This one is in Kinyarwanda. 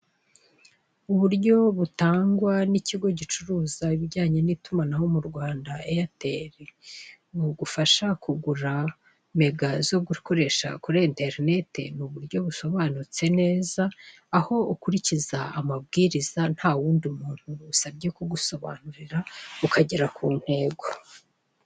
Uburyo butangwa n'ikigo gicuruza ibijyanye n'itumanaho mu Rwanda eyateri, bugufasha kugura mega zo gukoresha kuri interinete mu buryo busobanutse neza, aho ukurikiza amabwiriza ntawundi muntu bigusabye kugusobanurira ukagera ku ntego.